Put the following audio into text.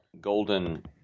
golden